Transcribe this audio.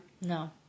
No